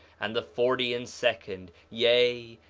and the forty and second, yea,